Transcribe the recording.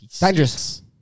Dangerous